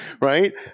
right